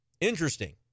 Interesting